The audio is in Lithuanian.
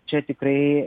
čia tikrai